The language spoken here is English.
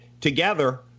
together